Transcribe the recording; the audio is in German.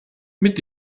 mit